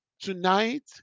tonight